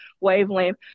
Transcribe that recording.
wavelength